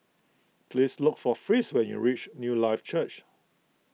please look for Fritz when you reach Newlife Church